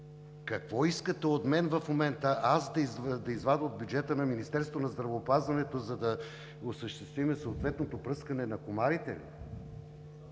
Какво искате от мен в момента – да извадя от бюджета на Министерството на здравеопазването, за да осъществим съответното пръскане на комарите ли?!